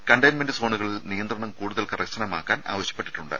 containment സോണുകളിൽ നിയന്ത്രണം കൂടതൽ കർശനമാക്കാൻ ആവശ്യപ്പെട്ടിട്ടുണ്ട്